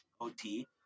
OT